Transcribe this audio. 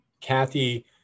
Kathy